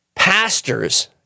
pastors